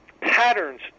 Patterns